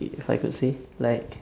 it how to say like